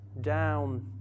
Down